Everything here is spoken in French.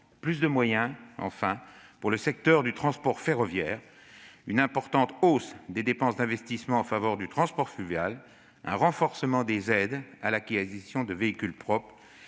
plus de moyens- enfin ! -pour le secteur du transport ferroviaire ; une importante hausse des dépenses d'investissement en faveur du transport fluvial ; un renforcement des aides à l'acquisition de véhicules propres